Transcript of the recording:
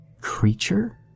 creature